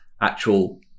actual